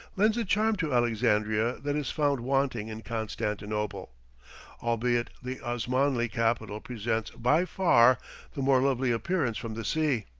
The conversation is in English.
lends a charm to alexandria that is found wanting in constantinople albeit the osmanli capital presents by far the more lovely appearance from the sea.